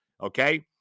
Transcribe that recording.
okay